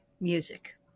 Music